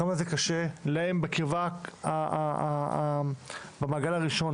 כמה זה קשה להם במעגל הראשון,